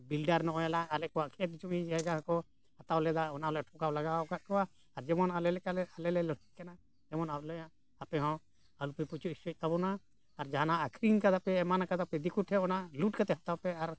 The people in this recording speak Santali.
ᱵᱤᱞᱰᱟᱨ ᱱᱚᱜᱼᱚᱭ ᱟᱞᱮ ᱠᱚᱣᱟᱜ ᱠᱷᱮᱛ ᱡᱩᱢᱤ ᱡᱟᱭᱜᱟ ᱠᱚ ᱦᱟᱛᱟᱣ ᱞᱮᱫᱟ ᱚᱱᱟᱞᱮ ᱴᱷᱚᱠᱟᱣ ᱞᱟᱜᱟ ᱟᱠᱟᱫ ᱠᱚᱣᱟ ᱟᱨ ᱡᱮᱢᱚᱱ ᱟᱞᱮ ᱞᱮᱠᱟᱞᱮ ᱟᱞᱮᱞᱮ ᱞᱟᱹᱲᱦᱟᱹᱜ ᱠᱟᱱᱟ ᱡᱮᱢᱚᱱ ᱟᱞᱮᱭᱟᱜ ᱟᱯᱮᱦᱚᱸ ᱟᱞᱚᱯᱮ ᱯᱩᱪᱩᱡ ᱦᱚᱪᱚᱭ ᱛᱟᱵᱚᱱᱟ ᱟᱨ ᱡᱟᱦᱟᱱᱟᱜ ᱟᱹᱠᱷᱨᱤᱧ ᱟᱠᱟᱫᱟᱯᱮ ᱮᱢᱟᱱ ᱟᱠᱟᱫᱟᱯᱮ ᱫᱤᱠᱩ ᱴᱷᱮᱱ ᱚᱱᱟ ᱞᱩᱴ ᱠᱟᱛᱮ ᱦᱟᱛᱟᱣ ᱯᱮ ᱟᱨ